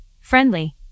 Friendly